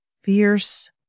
fierce